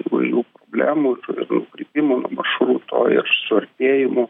įvairių problemų ir ir nukrypimų nuo maršruto ir suartėjimo